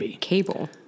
cable